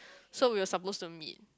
so we were supposed to meet